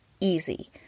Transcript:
Easy